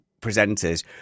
presenters